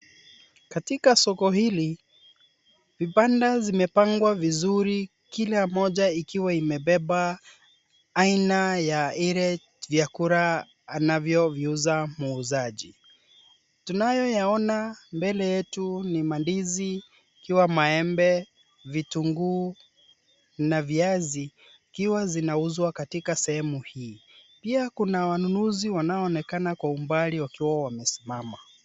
Katika soko hili vibanda zimepangwa vizuri kila moja ikiwa imebeba aina ya ile vyakula anavyoviuza muuzaji . Tunayoyaona mbele yetu ni mandizi ikiwa maembe ,vituguu na viazi zikiwa zinaunzwa katika sehemu hii. Pia kuna wanunuzi wanaonekana kwa umbali wakiwa wamesimama.